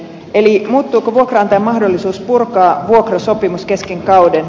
eli muuttuuko vuokranantajan mahdollisuus purkaa vuokrasopimus kesken kauden